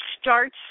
starts